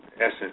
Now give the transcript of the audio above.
essence